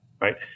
right